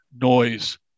noise